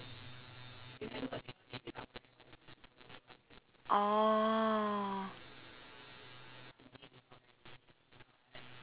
oh